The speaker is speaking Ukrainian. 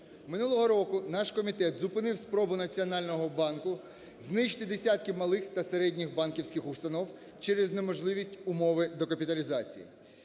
Минулого року наш комітет зупинив спробу Національного банку знищити десятки малий та середніх банківських установ через неможливість умови докапіталізації.